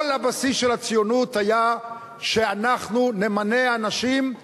כל הבסיס של הציונות היה שאנחנו נמנה אנשים.